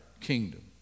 kingdom